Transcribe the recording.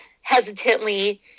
hesitantly